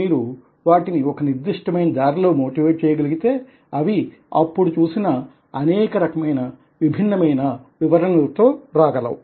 మీరు వాటిని ఒక నిర్దిష్టమైన దారిలో మోటివేట్ చేయగలిగితే అవి అప్పుడు చూసిన అనేకమైన విభిన్నమైన వివరణ లతో రాగలవు